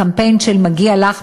לקמפיין של "מגיע לךָ,